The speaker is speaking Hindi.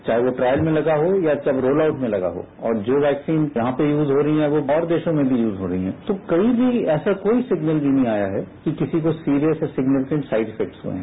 चाहे वो ट्रायल में लगा हो या वो रोल आउट में लगा हो और जो वैक्सीन यहां पर यूज हो रही हैं वो और देशों में भी यूज हो रही हैं तो कही भी ऐसा कोई सिग्नल भी नहीं आया है कि किसी को serious and significant side effect हुए हैं